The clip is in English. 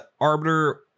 arbiter